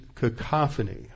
cacophony